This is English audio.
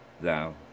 thou